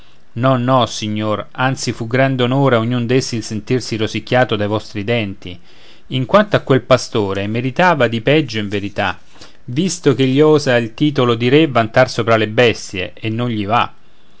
no no signor anzi fu un grande onore a ognun d'essi il sentirsi rosicchiato dai vostri denti in quanto a quel pastore meritava di peggio in verità visto ch'egli osa il titolo di re vantar sopra le bestie e non gli va